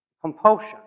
compulsion